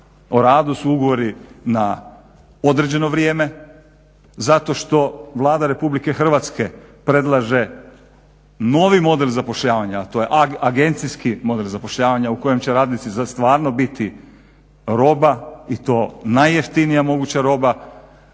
o radu su ugovori na određeno vrijeme, zato što Vlada RH predlaže novi model zapošljavanja, a to je agencijski model zapošljavanja u kojem će radnici za stvarno biti roba i to najjeftinija moguća roba.